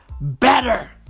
better